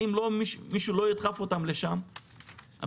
אם מישהו לא ידחוף אותם לשם אין